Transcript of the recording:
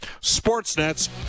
Sportsnet's